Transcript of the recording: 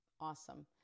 Awesome